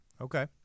Okay